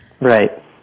Right